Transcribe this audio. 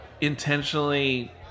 intentionally